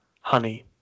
honey